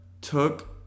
took